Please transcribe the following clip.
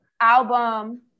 album